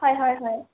হয় হয় হয়